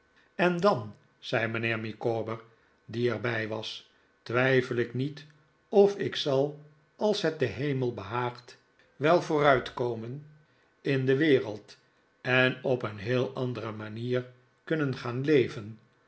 en dan zei mijnheer micawber die er bij was twijfel ik niet of ik zal als het den hemel behaagt wel vooruitkomen in de wereld en op een heel andere manier kunnen gaan leven